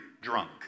drunk